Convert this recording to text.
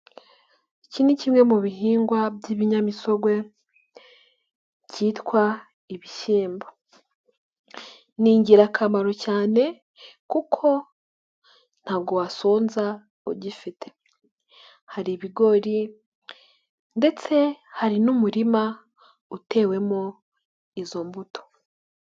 Iki ni kimwe mu bihingwa by'ibinyamisogwe cyitwa ibishyimbo. Ni ingirakamaro cyane kuko nta wasonza ugifite. Hari ibigori, ndetse hari n'umurima utewemo izo mbuto.